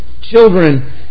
Children